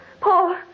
Paul